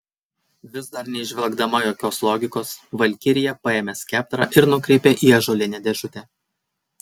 vis dar neįžvelgdama jokios logikos valkirija paėmė skeptrą ir nukreipė į ąžuolinę dėžutę